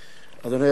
אזולאי,